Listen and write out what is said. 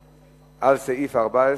15,